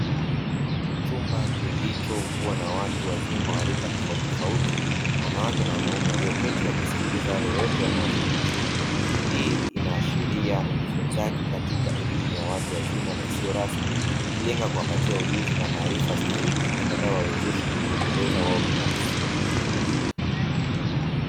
Chumba kilichokuwa na watu wazima wa rika tofautitofauti wanawake na wanaume waliyoketi wakisikiliza yale yote wanayofundishwa. Hii inaashiria ujifunzaji katika elimu ya watu wazima na isiyo rasmi ikilenga kuwaptia ujuzi na maarifa stahiki yatakayowawezesha kujiendeleza wao binafsi.